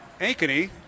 Ankeny